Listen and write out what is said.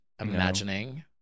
imagining